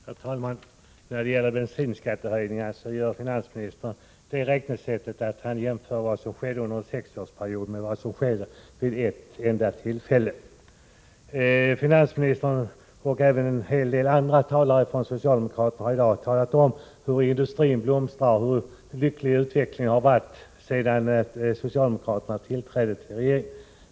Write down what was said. Herr talman! När det gäller bensinskattehöjningarna använder finansministern det räknesättet att han jämför vad som skedde under en sexårsperiod med vad som skedde vid ett enda tillfälle. Finansministern och även en hel del andra talare från socialdemokraterna har i dag talat om hur industrin blomstrar och hur lycklig utvecklingen har varit sedan den socialdemokratiska regeringen tillträdde.